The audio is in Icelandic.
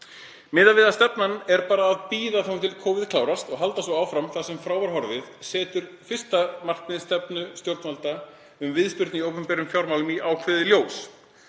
Það að stefnan er bara að bíða þangað til kófið klárast og halda svo áfram þar sem frá var horfið setur fyrsta markmið stjórnvalda um viðspyrnu í opinberum fjármálum í ákveðið ljós.